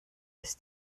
ist